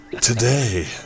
Today